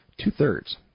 Two-thirds